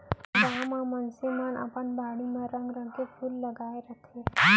गॉंव के मनसे मन अपन बाड़ी म रंग रंग के फूल लगाय रथें